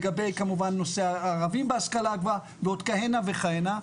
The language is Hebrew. לגבי כמובן נושא הערבים בהשכלה הגבוהה ועוד כהנה וכהנה.